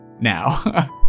now